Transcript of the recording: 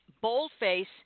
boldface